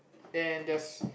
and just